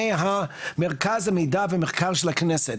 ממרכז המידע והמחקר של הכנסת.